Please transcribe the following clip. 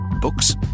Books